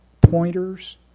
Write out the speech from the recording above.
pointers